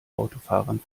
autofahrern